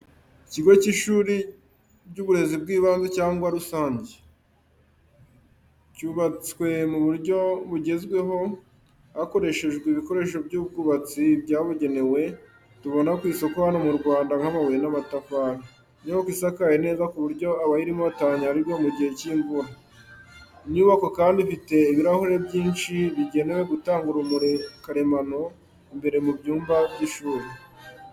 Ikigo cy’ishuri ry’uburezi bw’ibanze cyangwa rusange, ryubatswe mu buryo bugezweho, hakoreshejwe ibikoresho by’ubwubatsi byabugenewe tubona ku isoko hano mu Rwanda nk’amabuye n’amatafari. Inyubako isakaye neza kuburyo abayirimo batanyagirwa mu gihe cy’imvura. Inyubako kandi ifite ibirahuri byinshi bigenewe gutanga urumuri karemano imbere mu byumba by’ishuri.